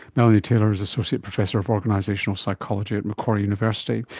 melanie taylor is associate professor of organisational psychology at macquarie university.